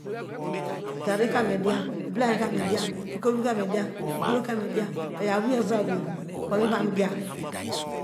aarika mediye iblay kamediya ikrobro ka medina igbrokamediya oyo aweivro aweivro oyobo miva mediya.